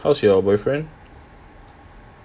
how's your boyfriend